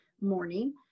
morning